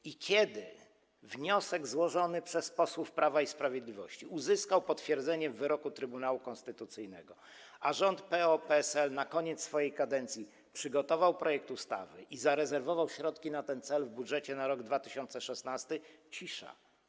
I kiedy wniosek złożony przez posłów Prawa i Sprawiedliwości uzyskał potwierdzenie w wyroku Trybunału Konstytucyjnego, a rząd PO-PSL na koniec swojej kadencji przygotował projekt ustawy i zarezerwował środki na ten cel w budżecie na rok 2016 - cisza.